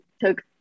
took